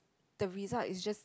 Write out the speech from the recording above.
the result is just